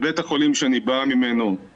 מי מפריע לכם לשנות את התקנות?